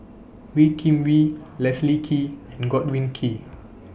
Wee Kim Wee Leslie Kee and Godwin Koay